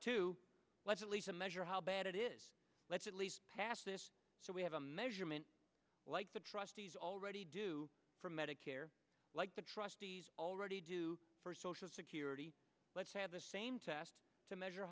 let's at least a measure of how bad it is let's at least pass this so we have a measurement like the trustees already do for medicare like the trustees already do for social security let's have the same test to measure